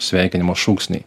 sveikinimo šūksniai